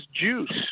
juice